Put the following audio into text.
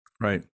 Right